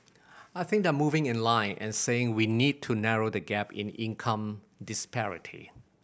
I think they are moving in line and saying we need to narrow the gap in income disparity